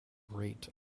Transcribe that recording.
rate